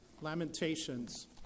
Lamentations